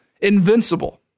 Invincible